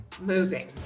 moving